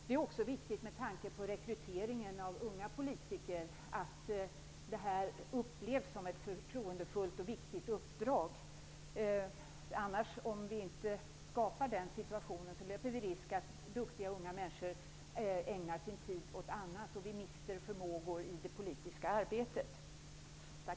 Med tanke på rekryteringen av unga politiker är det också viktigt att detta arbete upplevs som ett förtroendefullt och viktigt uppdrag. Om vi inte skapar en sådan situation löper vi risk att duktiga unga människor ägnar sin tid åt annat och att vi mister förmågor i det politiska arbetet. Tack!